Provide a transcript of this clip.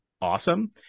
awesome